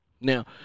Now